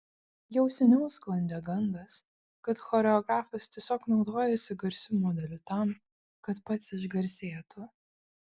jau seniau sklandė gandas kad choreografas tiesiog naudojasi garsiu modeliu tam kad pats išgarsėtų